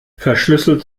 verschlüsselt